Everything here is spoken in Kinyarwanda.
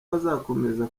bazakomeza